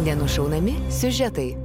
jie nušaunami siužetai